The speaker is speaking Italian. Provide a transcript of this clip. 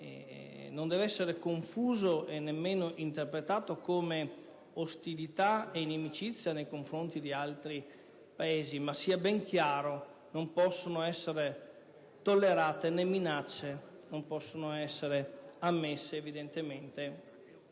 non deve essere confuso e nemmeno interpretato come ostilità e inimicizia nei confronti di altri Paesi, ma sia ben chiaro che non possono essere tollerate le minacce, né ammessi atteggiamenti